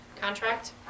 contract